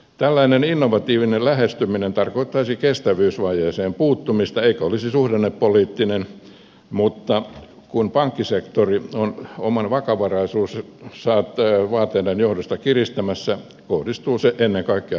tällainen innovatiivinen lähestyminen tarkoittaisi kestävyysvajeeseen puuttumista eikä olisi suhdannepoliittinen mutta kun pankkisektori on omien vakavaraisuusvaateiden johdosta kiristämässä kohdistuu se ennen kaikkea pk sektoriin